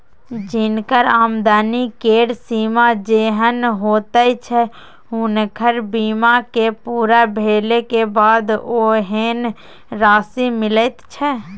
जिनकर आमदनी केर सीमा जेहेन होइत छै हुनकर बीमा के पूरा भेले के बाद ओहेन राशि मिलैत छै